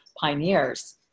pioneers